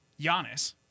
Giannis